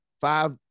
five